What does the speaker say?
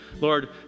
Lord